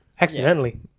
Accidentally